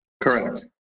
Correct